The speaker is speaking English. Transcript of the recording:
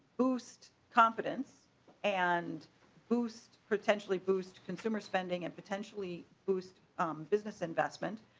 boost confidence and boost potentially boost consumer spending and potentially boost business investment.